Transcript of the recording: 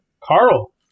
Carl